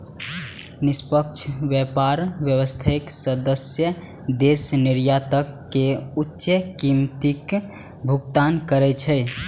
निष्पक्ष व्यापार व्यवस्थाक सदस्य देश निर्यातक कें उच्च कीमतक भुगतान करै छै